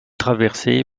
traversée